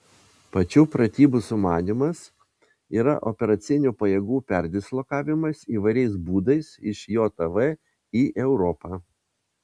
pačių pratybų sumanymas yra operacinių pajėgų perdislokavimas įvairiais būdais iš jav į europą